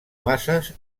masses